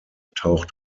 taucht